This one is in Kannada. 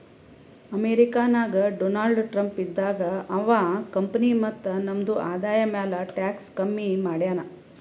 ಅಮೆರಿಕಾ ನಾಗ್ ಡೊನಾಲ್ಡ್ ಟ್ರಂಪ್ ಇದ್ದಾಗ ಅವಾ ಕಂಪನಿ ಮತ್ತ ನಮ್ದು ಆದಾಯ ಮ್ಯಾಲ ಟ್ಯಾಕ್ಸ್ ಕಮ್ಮಿ ಮಾಡ್ಯಾನ್